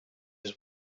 his